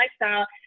lifestyle